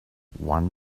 one